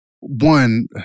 one